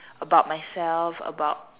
about myself about